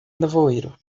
nevoeiro